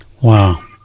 Wow